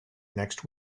next